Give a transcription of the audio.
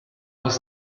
was